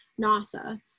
NASA